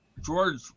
George